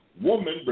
Woman